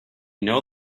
know